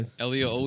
Elio